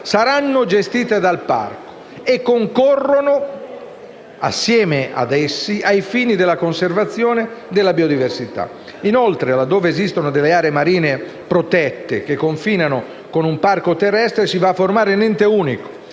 saranno gestite dal parco e concorreranno, assieme ad esso, alla conservazione della biodiversità. Inoltre, laddove esistano delle aree marine protette che confinano con un parco terrestre si va a formare un ente unico,